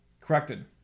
Corrected